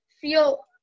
feel